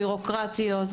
בירוקרטיות,